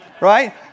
right